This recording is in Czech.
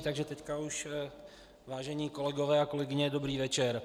Takže teď už, vážení kolegové a kolegyně, dobrý večer.